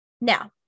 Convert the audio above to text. Now